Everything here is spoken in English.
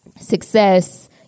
success